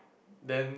then